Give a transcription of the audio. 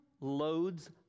loads